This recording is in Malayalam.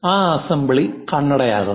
ആ അസംബ്ലി കണ്ണടയാകുന്നു